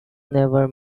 never